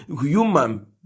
human